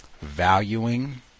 valuing